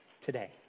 today